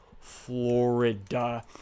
Florida